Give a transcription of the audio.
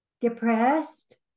Depressed